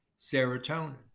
serotonin